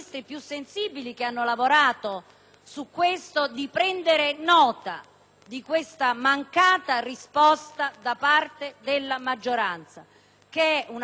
di prendere nota di questa mancata risposta da parte della maggioranza. Si tratta di una mancata risposta politica,